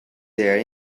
there